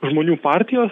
žmonių partijos